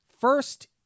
First